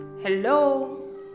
hello